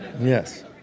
Yes